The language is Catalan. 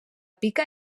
pica